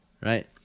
right